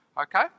Okay